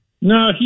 No